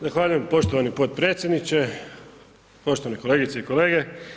Zahvaljujem poštovani potpredsjedniče, poštovane kolegice i kolege.